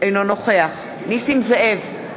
אינו נוכח נסים זאב,